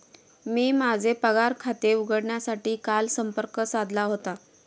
मी माझे पगार खाते उघडण्यासाठी काल संपर्क साधला होता